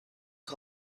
had